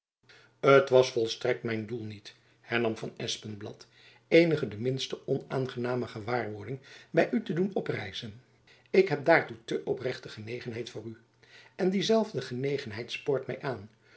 het was volstrekt mijn doel niet hernam van espenblad eenige de minste onaangename gewaarjacob van lennep elizabeth musch wording by u te doen oprijzen ik heb daartoe te oprechte genegenheid voor u en diezelfde genegenheid spoort my aan